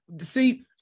see